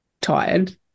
tired